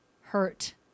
hurt